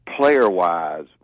player-wise